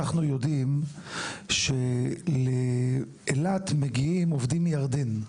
אנחנו יודעים שלאילת מגיעים עובדים מירדן.